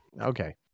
okay